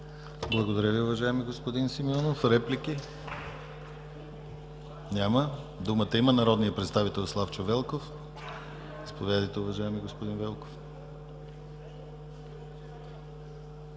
Благодаря Ви, уважаеми господин Симеонов. Реплики? Няма. Думата има народният представител Славчо Велков. Заповядайте, уважаеми господин Велков.